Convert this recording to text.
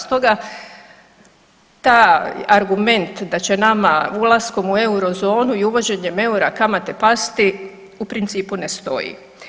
Stoga taj argument da će nama ulaskom u eurozonu i uvođenjem EUR-a kamate pasti u principu ne stoji.